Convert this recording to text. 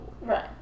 Right